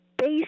Base